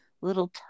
little